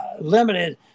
limited